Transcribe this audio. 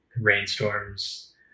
Rainstorms